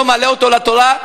לא מעלה אותו לתורה.